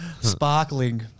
sparkling